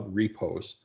repos